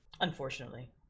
Unfortunately